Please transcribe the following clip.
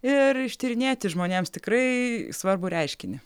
ir ištyrinėti žmonėms tikrai svarbų reiškinį